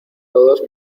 todos